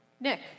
Nick